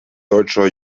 deutscher